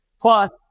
Plus